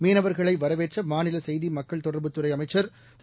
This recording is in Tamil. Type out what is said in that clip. மீனவர்களை வரவேற்ற மாநில செய்தி மக்கள் தொடர்பு துறை அமைச்சர் திரு